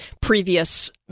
previous